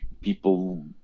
People